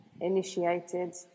initiated